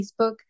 Facebook